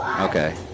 Okay